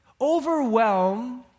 overwhelm